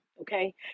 Okay